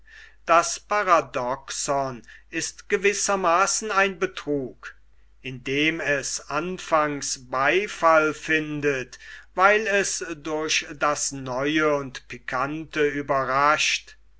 das paradoxon ist gewissermaaßen ein betrug indem es anfangs beifall findet weil es durch das neue und pikante überrascht